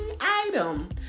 item